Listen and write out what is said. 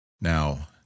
Now